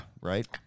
right